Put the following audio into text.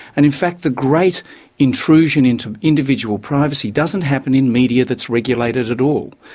and in fact the great intrusion into individual privacy doesn't happen in media that's regulated at all.